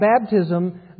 baptism